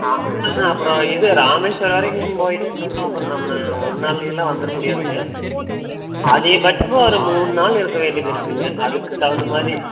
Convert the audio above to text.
ஆமாங்க அப்புறம் இது ராமேஸ்வரம் வரைக்கும் போயிட்டு வரதுக்கு அப்புறம் நம்ம ஒரு நாள்லயெல்லாம் வந்துட முடியாதுங்க அதிக பட்சமாக ஒரு மூணு நாள் இருக்க வேண்டியது இருக்குங்க அதுக்கு தகுந்த மாதிரி